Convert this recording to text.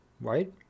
right